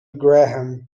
graham